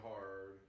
hard